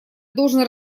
должен